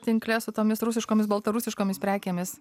tinkle su tomis rusiškomis baltarusiškomis prekėmis